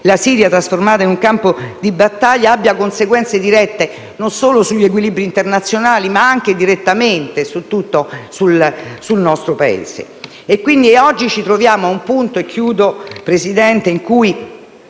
Siria in un campo di battaglia abbia conseguenze dirette non solo sugli equilibri internazionali, ma anche direttamente sul nostro Paese.